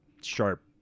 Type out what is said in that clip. sharp